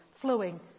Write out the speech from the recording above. flowing